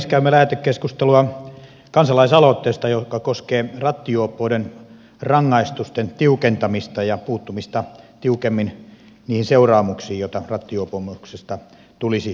käymme lähetekeskustelua kansalaisaloitteesta joka koskee rattijuoppouden rangaistusten tiukentamista ja puuttumista tiukemmin niihin seuraamuksiin joita rattijuopumuksesta tulisi aiheutua